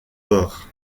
bord